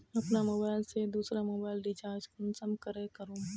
अपना मोबाईल से दुसरा मोबाईल रिचार्ज कुंसम करे करूम?